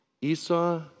Esau